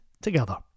Together